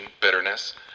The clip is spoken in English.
bitterness